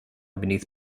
beneath